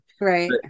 Right